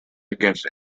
against